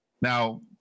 Now